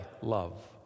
love